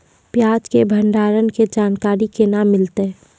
प्याज के भंडारण के जानकारी केना मिलतै?